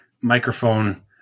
microphone